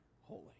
holy